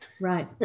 Right